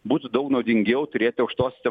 būtų daug naudingiau turėti aukštosiose